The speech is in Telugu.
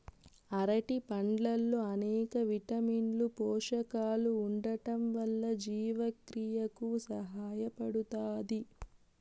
అరటి పండ్లల్లో అనేక విటమిన్లు, పోషకాలు ఉండటం వల్ల జీవక్రియకు సహాయపడుతాది